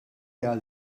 għal